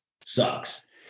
sucks